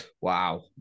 wow